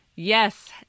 Yes